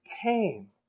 came